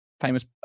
famous